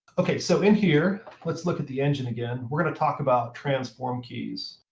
ok, so in here let's look at the engine again we're going to talk about transform keys.